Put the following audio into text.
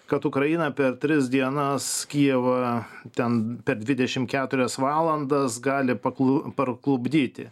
kad ukraina per tris dienas kijevą ten per dvidešimt keturias valandas gali parklu parklupdyti